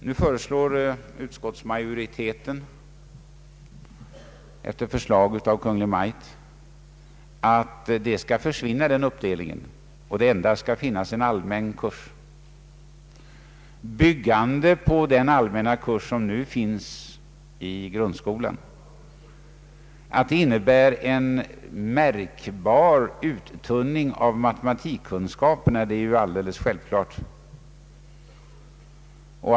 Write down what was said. Nu föreslår utskottsmajoriteten, efter förslag av Kungl. Maj:t, att den uppdelningen skall försvinna och att det endast skall finnas en allmän kurs, byggande på den allmänna kurs som nu finns i grundskolan. Att det innebar en märkbar uttunning av matematikkunskaperna är alldeles självklart.